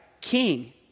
king